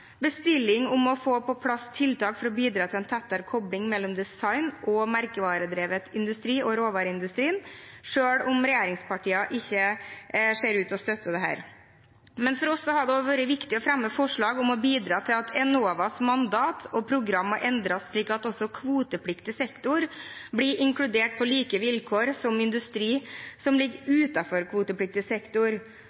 bestilling om å få på plass tiltak for å bidra til en tettere kobling mellom design og merkevaredrevet industri og råvareindustrien – selv om regjeringspartiene ikke ser ut til å støtte dette. For oss har det også vært viktig å fremme forslag om å bidra til at Enovas mandat og program endres slik at også kvotepliktig sektor blir inkludert på like vilkår som industri som ligger